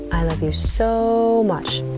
i love you so much.